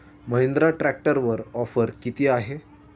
महिंद्रा ट्रॅक्टरवर ऑफर किती आहे?